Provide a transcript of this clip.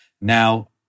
Now